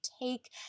take